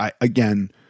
Again